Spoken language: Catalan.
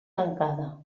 tancada